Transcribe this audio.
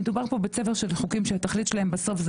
מדובר פה בצבר של חוקים שהתחלית שלהם בסוף זה